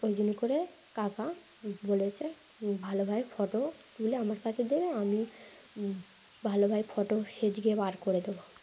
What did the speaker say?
ওই জন্য করে কাকা বলেছে ভালোভাই ফটো তুলে আমার কাছে দেবে আমি ভালোভাই ফটো সাজিয়ে বার করে দেবো